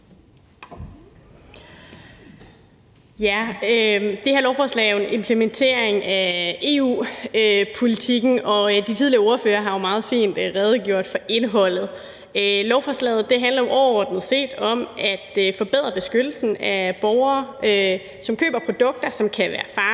Det her lovforslag er jo en implementering af EU-politikken, og de tidligere ordførere har meget fint redegjort for indholdet. Lovforslaget handler jo overordnet set om at forbedre beskyttelsen af borgere, som køber produkter, som kan være